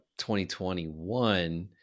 2021